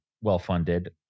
well-funded